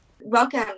Welcome